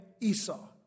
Esau